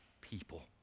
people